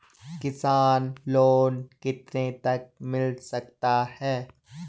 किसान लोंन कितने तक मिल सकता है?